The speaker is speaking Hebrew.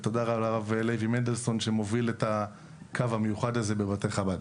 ותודה לרב לוי מנדלזון שמוביל את הקו המיוחד הזה בבתי חב"ד.